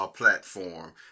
platform